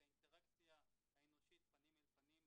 את האינטראקציה האנושית פנים אל פנים,